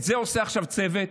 את זה עושה עכשיו צוות